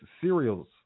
cereals